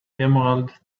emerald